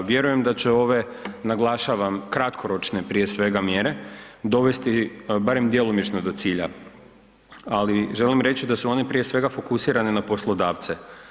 Vjerujem da će ove naglašavam kratkoročne prije svega mjere dovesti barem djelomično do cilja, ali želim reći da su one prije svega fokusirane na poslodavce.